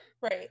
Right